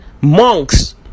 monks